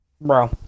Bro